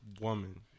woman